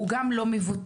הוא גם לא מבוטח,